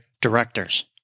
directors